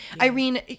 Irene